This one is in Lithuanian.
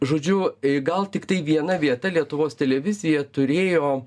žodžiu gal tiktai viena vieta lietuvos televizija turėjo